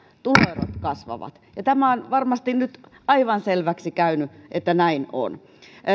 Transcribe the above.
ja tuloerot kasvavat varmasti on nyt aivan selväksi käynyt että näin on